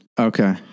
Okay